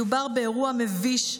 מדובר באירוע מביש,